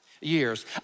years